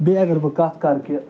بیٚیہِ اَگر بہٕ کَتھ کَرٕ کہِ